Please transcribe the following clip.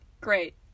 great